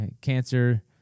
cancer